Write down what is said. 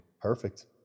Perfect